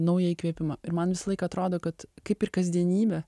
naują įkvėpimą ir man visąlaik atrodo kad kaip ir kasdienybė